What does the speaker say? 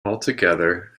altogether